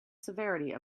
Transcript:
severity